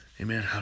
Amen